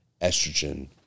estrogen